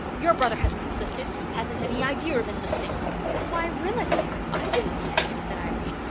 your brother hasn't enlisted hasn't any idea of enlisting why rilla, dear, i didn't say it said irene.